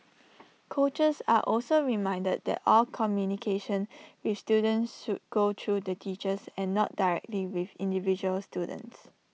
coaches are also reminded that all communication with students should go through the teachers and not directly with individual students